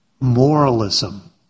moralism